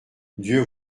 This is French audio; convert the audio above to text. dieu